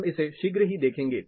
हम इसे शीघ्र ही देखेंगे